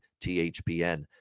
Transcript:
THPN